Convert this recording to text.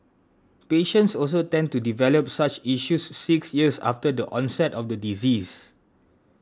patients also tend to develop such issues six years after the onset of the disease